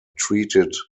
treated